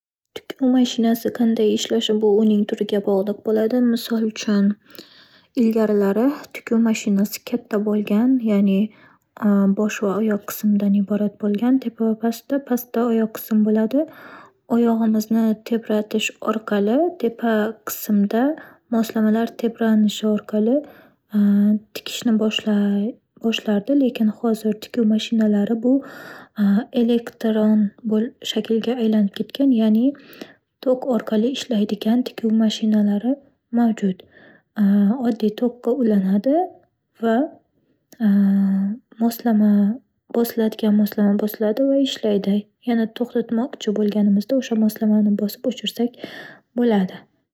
Tikuv mashinasi qanday ishlashi bu uning turiga bog'liq bo'ladi. Misol uchun, ilgarilari tikuv mashinasi katta bo'lgan ya'ni bosh va oyoq qismdan iborat bo'lgan tepa va pasti. Pastda oyoq qism bo'ladi. Oyog'imizni tebratish orqali, tepa qismda moslamalar tebranishi orqali tikishni boshlay- boshlardi lekin hozir tikuv mashinalari bu - elektron bo'l- shaklga aylanib ketgan. Ya'ni tok orqali ishlaydigan tikuv mashinalari mavjud oddiy tokka ulanadi va moslama- bosiladigan moslama bosiladi va ishlaydi. Yana to'xtatmoqchi bo'lganimizda o'sha moslamani bosib o'chirsak bo'ladi.